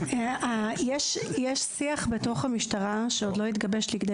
יש שיח בתוך המשטרה שעוד לא התגבש לידי